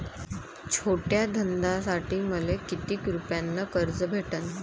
छोट्या धंद्यासाठी मले कितीक रुपयानं कर्ज भेटन?